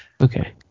okay